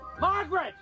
margaret